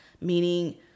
meaning